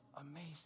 amazing